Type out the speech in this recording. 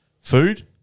Food